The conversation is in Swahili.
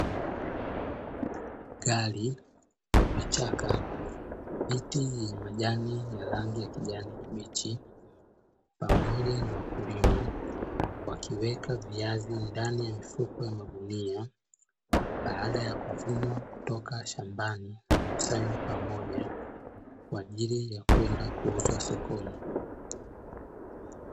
Gari, vichaka, miti yenye rangi ya majani ya kijani kibichi pamoja na wakulima, wakiweka viazi ndani ya mifuko ya magunia, baada ya kuvunwa kutoka shambani, kukusanywa pamoja kwa ajili ya kwenda kuuzwa sokoni.